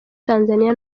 tanzania